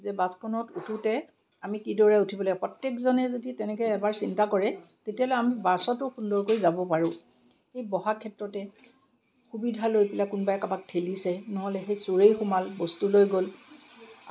যে বাছখনত উঠোতে আমি কিদৰে উঠিব লাগিব প্ৰত্যেকজনে যদি তেনেকে এবাৰ চিন্তা কৰে তেতিয়াহ'লে আমি বাছতো সুন্দৰকৈ যাব পাৰোঁ সেই বহাৰ ক্ষেত্ৰতে সুবিধা লৈ পেলাই কোনোবাই কাৰোবাক থেলিছে নহ'লে সেই চোৰেই সোমাল বস্তু লৈ গ'ল